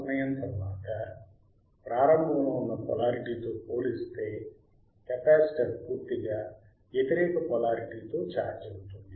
కొంత సమయం తరువాత ప్రారంభములో ఉన్న పొలారిటీ తో పోలిస్తే కెపాసిటర్ పూర్తిగా వ్యతిరేక పొలారిటీ తో ఛార్జ్ అవుతుంది